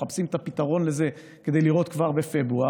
ואנחנו מחפשים את הפתרון לזה כדי לראות כבר בפברואר,